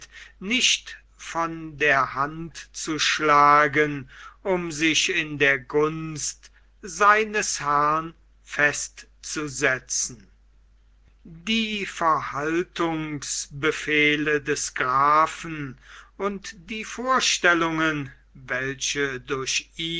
nicht von der hand zu schlagen um sich in der gunst seines herrn festzusetzen die verhaltungsbefehle des grafen und die vorstellungen welche durch